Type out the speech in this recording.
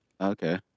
Okay